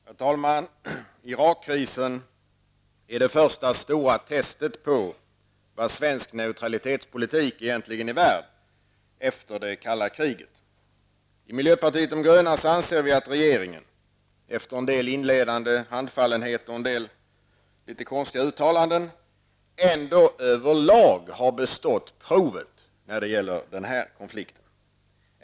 Herr talman! Irakkrisen är det första stora testet på vad svensk neutralitetspolitik egentligen är värd efter det kalla kriget. I miljöpartiet de gröna anser vi att regeringen, efter en del inledande handfallenhet och en del litet konstiga uttalanden, ändå överlag har bestått provet när det gäller denna konflikt.